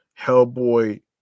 Hellboy